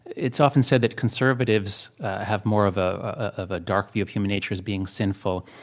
it's often said that conservatives have more of ah of a dark view of human nature as being sinful.